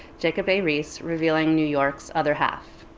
jacob a. riis, revealing new york's other half.